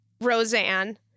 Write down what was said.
Roseanne